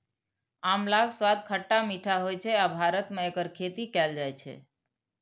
आंवलाक स्वाद खट्टा मीठा होइ छै आ भारत मे एकर खेती कैल जाइ छै